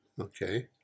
okay